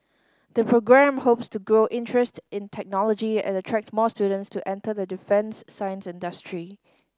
the programme hopes to grow interest in technology and attract more students to enter the defence science industry